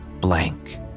blank